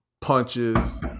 Punches